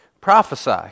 prophesy